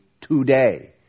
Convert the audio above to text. today